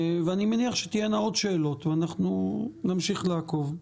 ואני מניח שתהיינה עוד שאלות, ואנחנו נמשיך לעקוב.